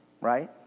right